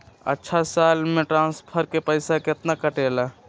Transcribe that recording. अछा साल मे ट्रांसफर के पैसा केतना कटेला?